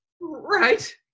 Right